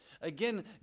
Again